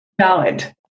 valid